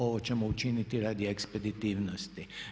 Ovo ćemo učiniti radi ekspeditivnosti.